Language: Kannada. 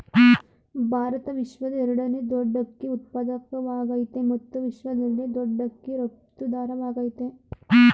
ಭಾರತ ವಿಶ್ವದ ಎರಡನೇ ದೊಡ್ ಅಕ್ಕಿ ಉತ್ಪಾದಕವಾಗಯ್ತೆ ಮತ್ತು ವಿಶ್ವದಲ್ಲೇ ದೊಡ್ ಅಕ್ಕಿ ರಫ್ತುದಾರವಾಗಯ್ತೆ